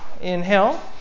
Inhale